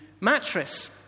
mattress